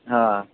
ହଁ